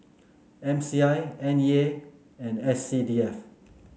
M C I N E A and S C D F